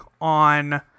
on